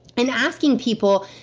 and asking people,